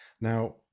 Now